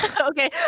Okay